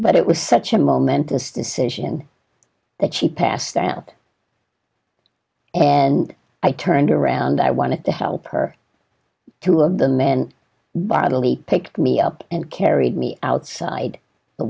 but it was such a momentous decision that she passed out and i turned around i wanted to help her two of the men bodily picked me up and carried me outside the